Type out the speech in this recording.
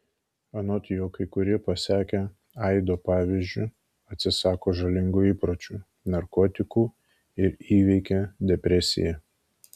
anot jo kai kurie pasekę aido pavyzdžiu atsisako žalingų įpročių narkotikų ir įveikia depresiją